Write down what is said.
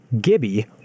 Gibby